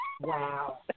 Wow